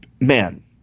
man